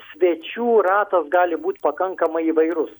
svečių ratas gali būt pakankamai įvairus